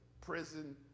prison